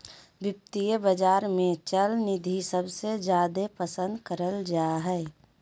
वित्तीय बाजार मे चल निधि सबसे जादे पसन्द करल जा हय